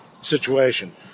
situation